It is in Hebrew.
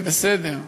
זה בסדר.